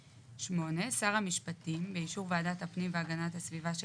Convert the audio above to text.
8. שר המשפטים באישור ועדת הפנים והגנת הסביבה של